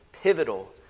pivotal